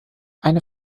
eine